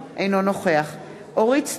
אינו נוכח אורית סטרוק,